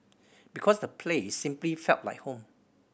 because the place simply felt like home